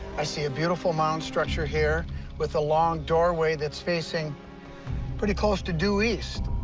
i see a beautiful mound structure here with a long doorway that's facing pretty close to due east.